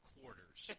Quarters